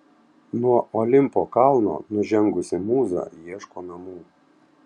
nuo olimpo kalno nužengusi mūza ieško namų